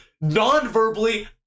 Non-verbally